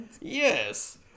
Yes